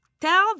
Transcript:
Tell